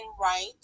right